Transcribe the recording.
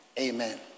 Amen